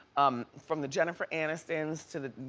um from the jennifer anistons to the,